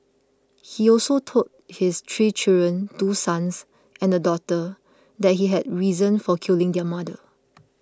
he also told his three children two sons and a daughter that he had reasons for killing their mother